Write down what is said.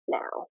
now